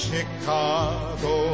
Chicago